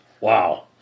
Wow